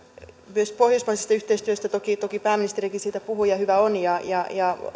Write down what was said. myös pohjoismaisesta yhteistyöstä toki toki pääministerikin siitä puhui ja hyvä niin ja